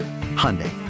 Hyundai